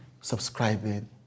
subscribing